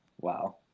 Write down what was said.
wow